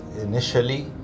initially